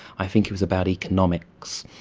i think it was about economics.